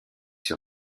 sur